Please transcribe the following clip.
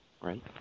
right